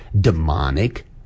demonic